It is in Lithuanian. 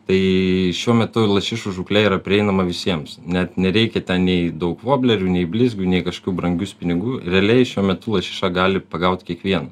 tai šiuo metu lašišų žūklė yra prieinama visiems net nereikia ten nei daug voblerių nei blizgių nei kažkių brangių spinigų realiai šiuo metu lašiša gali pagaut kiekvienas